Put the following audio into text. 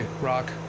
rock